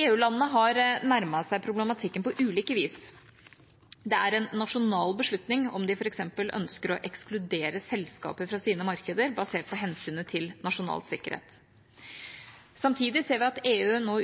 EU-landene har nærmet seg problematikken på ulike vis. Det er en nasjonal beslutning om de f.eks. ønsker å ekskludere selskaper fra sine markeder, basert på hensynet til nasjonal sikkerhet. Samtidig ser vi at EU nå